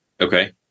Okay